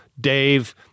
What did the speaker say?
Dave